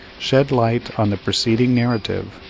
shed light on the preceding narrative,